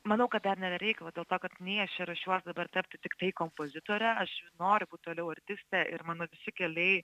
manau kad dar ne be reikalo dėl to kad nei aš čia ruošiuos dabar tapti tiktai kompozitore aš noriu toliau artiste ir mano visi keliai